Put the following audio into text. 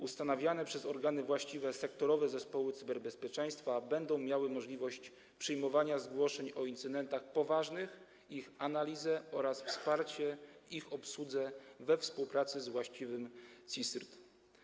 Ustanawiane przez organy właściwe sektorowe zespoły cyberbezpieczeństwa będą miały możliwość przyjmowania zgłoszeń o incydentach poważnych, ich analizy oraz wsparcia w ich obsłudze we współpracy z właściwym CSIRT.